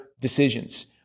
decisions